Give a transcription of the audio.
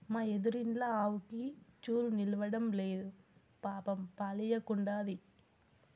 మా ఎదురిండ్ల ఆవుకి చూలు నిల్సడంలేదు పాపం పాలియ్యకుండాది